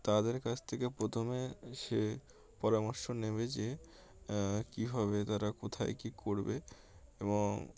তাদের কাছ থেকে প্রথমে সে পরামর্শ নেবে যে কীভাবে তারা কোথায় কী করবে এবং